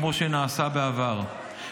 כמו שנעשה בעבר,